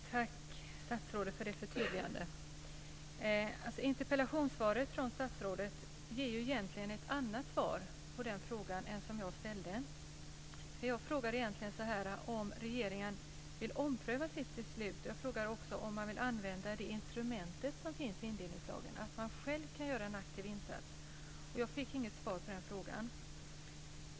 Fru talman! Tack, statsrådet, för det förtydligandet! Interpellationssvaret från statsrådet ger egentligen svar på en annan fråga än den som jag ställde. Jag frågade egentligen om regeringen vill ompröva sitt beslut, och jag frågade också om man ville använda det instrument som finns i indelningslagen, att man själv kan göra en aktiv insats, och jag fick inget svar på den frågan.